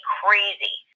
crazy